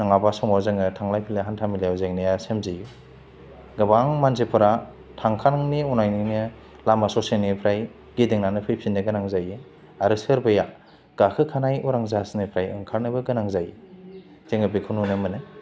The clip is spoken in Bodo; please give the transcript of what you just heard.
नङाबा समाव जोङो थांनाय फैनाय हान्था मेलायाव जेंनाया सोमजियो गोबां मानसिफोरा थांखांनायनि उनाव लामा ससेनिफ्राय गिदिंनानै फैफिननो गोनां जायो आरो सोरबाया गाखोखानाय उरां जाहाजनिफ्राय ओंखारनोबो गोनां जायो जोङो बेखौ नुनो मोनो